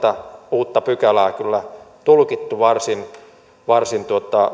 on tätä uutta pykälää kyllä tulkittu varsin varsin